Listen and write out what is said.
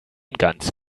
ganz